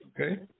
okay